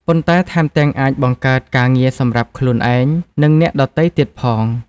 ប៉ុន្តែថែមទាំងអាចបង្កើតការងារសម្រាប់ខ្លួនឯង និងអ្នកដទៃទៀតផង។